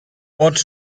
ought